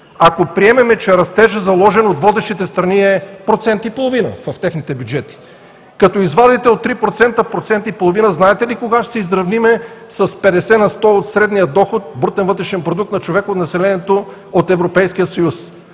ако приемем, че растежът, заложен от водещите страни, е процент и половина в техните бюджети, като извадите от 3% процент и половина, знаете ли кога ще се изравним с 50 на сто от средния доход – брутен вътрешен продукт на човек от населението от Европейския съюз?